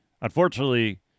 unfortunately